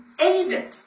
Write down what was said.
aided